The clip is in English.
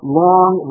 long